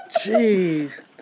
Jeez